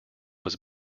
was